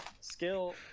Skill